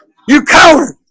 you coward